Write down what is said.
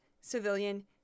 civilian